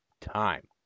time